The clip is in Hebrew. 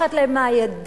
בורחת להם מהידיים.